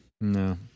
No